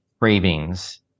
cravings